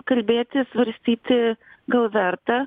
kalbėti svarstyti gal verta